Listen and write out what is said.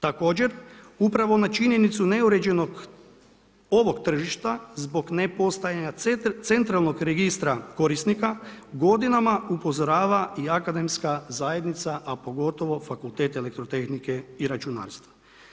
Također, upravo na činjenicu neuređenog ovog tržišta zbog nepostojanja centralnog registra korisnika, godinama upozorava i akademska zajednica, a pogotovo Fakultet elektrotehnike i računalstva.